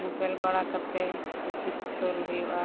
ᱧᱮᱯᱮᱞ ᱵᱟᱲᱟ ᱠᱟᱛᱮ ᱠᱩᱥᱤ ᱠᱩᱥᱟᱹᱞ ᱦᱩᱭᱩᱜᱼᱟ